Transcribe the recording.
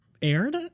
aired